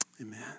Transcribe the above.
Amen